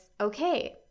okay